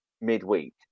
midweek